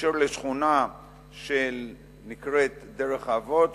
בהקשר של השכונה שנקראת "דרך האבות",